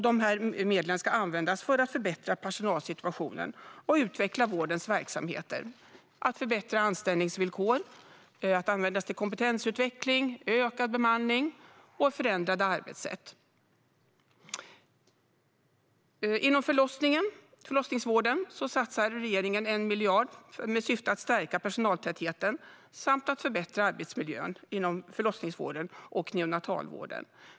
Dessa medel ska användas för att förbättra personalsituationen och utveckla vårdens verksamheter. Det handlar om att förbättra anställningsvillkor, kompetensutveckling, ökad bemanning och förändrade arbetssätt. Inom förlossningsvården satsar regeringen 1 miljard med syfte att stärka personaltätheten samt att förbättra arbetsmiljön inom förlossningsvården och neonatalvården.